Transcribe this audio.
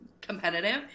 competitive